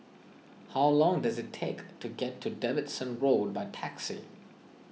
how long does it take to get to Davidson Road by taxi